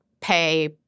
pay